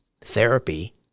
therapy